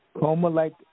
Coma-like